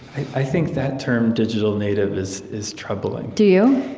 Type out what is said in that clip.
i think that term, digital native, is is troubling do you?